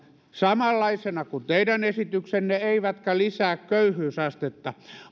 samanlaisena kuin teidän esityksenne eivätkä lisää köyhyysastetta